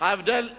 שההבדל הוא